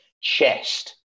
chest